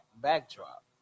backdrop